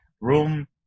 room